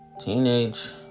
Teenage